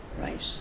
Right